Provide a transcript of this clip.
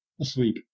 asleep